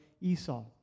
Esau